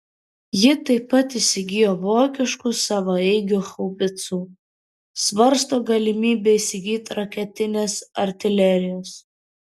ji taip pat įsigijo vokiškų savaeigių haubicų svarsto galimybę įsigyti raketinės artilerijos